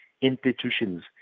institutions